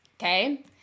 Okay